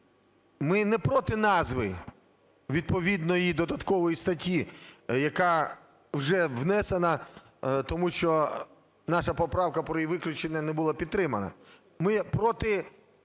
Ми не проти назви відповідної додаткової статті, яка вже внесена, тому що наша поправка про її виключення не була підтримана. Ми проти цієї